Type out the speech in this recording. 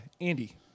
Andy